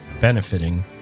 benefiting